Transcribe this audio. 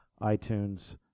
iTunes